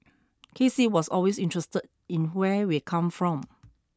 K C was always interested in where we come from